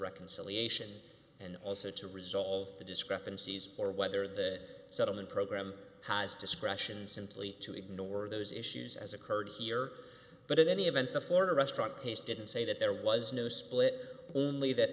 reconciliation and also to resolve the discrepancies or whether the settlement program has discretion simply to ignore those issues as occurred here but in any event the former restaurant case didn't say that there was no split